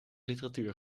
literatuur